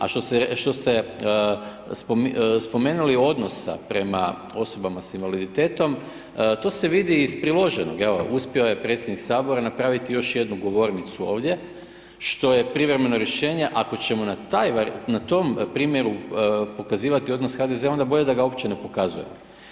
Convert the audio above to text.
A što se spomenuli odnosa prema osoba s invaliditetom, to se vidi iz priloženog, evo uspio je predsjednik Sabora napraviti još jednu govornicu ovdje, što je privremeno rješenje, ako ćemo na tom primjeru pokazivati odnos HDZ-a, onda bolje da ga uopće ne pokazujemo.